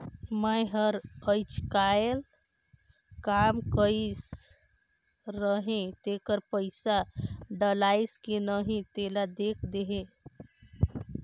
मै हर अईचकायल काम कइर रहें तेकर पइसा डलाईस कि नहीं तेला देख देहे?